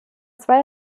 zwei